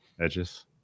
edges